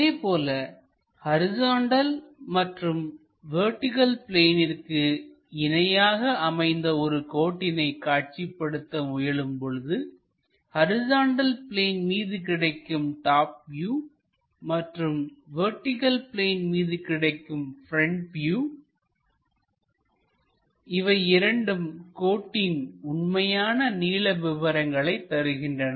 அதேபோல ஹரிசாண்டல் மற்றும் வெர்டிகள் பிளேனிற்கு இணையாக அமைந்த ஒரு கோட்டினை காட்சிப்படுத்த முயலும் பொழுது ஹரிசாண்டல் பிளேன் மீது கிடைக்கும் டாப் வியூ மற்றும் வெர்டிகள் பிளேன் மீது கிடைக்கும் ப்ரெண்ட் வியூ இவை இரண்டும் கோட்டின் உண்மையான நீள விவரங்களை தருகின்றன